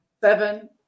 Seven